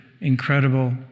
incredible